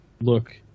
look